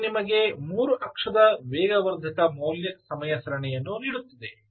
ಇದು ನಿಮಗೆ 3 ಅಕ್ಷದ ವೇಗವರ್ಧಕ ಮೌಲ್ಯ ಸಮಯ ಸರಣಿಯನ್ನು ನೀಡುತ್ತಿದೆ